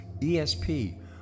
ESP